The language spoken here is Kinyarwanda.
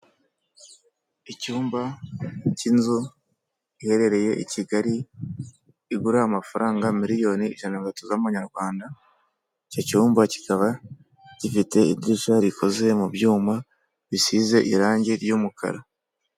Icyumba cy'inzu iherereye i Kigali igura amafaranga miliyoni ijana na mirongo itatu z'amanyarwanda, icyo cyumba kikaba gifite idirishya rikoze mu byuma bisize irange ry'umukara.